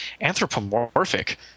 anthropomorphic